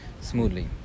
smoothly